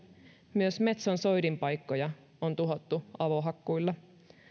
myös metson soidinpaikkoja on tuhottu avohakkuilla